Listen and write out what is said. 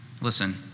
listen